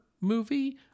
movie